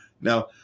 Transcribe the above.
Now